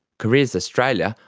careers australia,